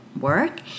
work